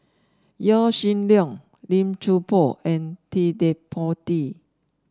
Yaw Shin Leong Lim Chuan Poh and Ted De Ponti